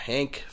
Hank